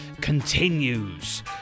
continues